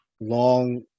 long